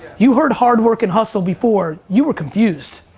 you heard hard work and hustle before, you were confused.